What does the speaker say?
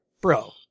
bro